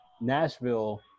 Nashville